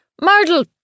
Myrtle